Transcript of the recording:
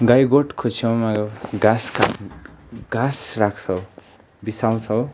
गाईगोठको घाँस काट्न घाँस राख्छौँ बिसाउँछौँ